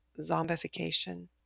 zombification